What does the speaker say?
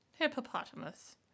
Hippopotamus